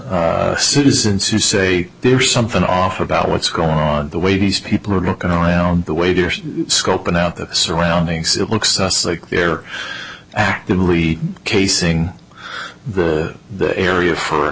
citizens who say there is something off about what's going on the way these people are looking down on the waiters scoping out the surroundings it looks like they're actively casing the area for a